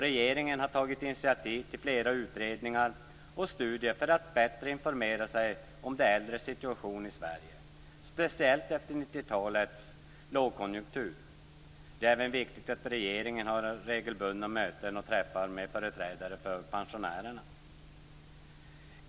Regeringen har tagit initiativ till flera utredningar och studier för att bättre informera sig om de äldres situation i Sverige, speciellt efter 90-talets lågkonjunktur. Det är även viktigt att regeringen har regelbundna möten och träffar med företrädare för pensionärerna.